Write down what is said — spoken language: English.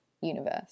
universe